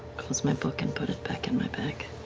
close my book and put it back in my bag.